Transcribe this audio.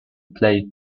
play